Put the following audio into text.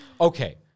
Okay